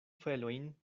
felojn